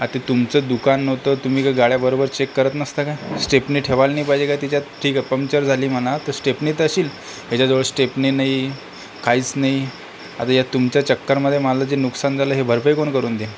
आ तर तुमचं दुकान नव्हतं तुम्ही ग गाड्या बरोबर चेक करत नसता का स्टेपनी ठेवाल नाही पाहिजे का त्याच्यात ठीक आहे पम्चर झाली म्हणा तर स्टेपनी तर असेल त्याच्याजवळ स्टेपनी नाही काहीच नाही आता या तुमच्या चक्करमध्ये मला जे नुकसान झालं हे भरपाई कोण करून द्या